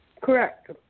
Correct